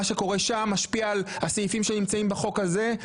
מה שקורה שם משפיע על הסעיפים שנמצאים בחוק הזה,